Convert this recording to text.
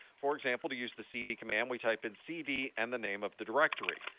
for example, to use the cd command, we type in cd and the name of the directory.